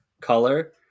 color